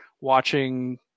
watching